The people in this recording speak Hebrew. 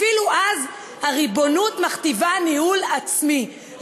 אפילו אז הריבונות מכתיבה ניהול עצמי,